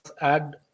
add